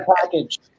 package